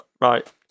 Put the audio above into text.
Right